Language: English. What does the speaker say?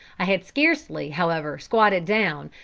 i had scarcely, however, squatted down,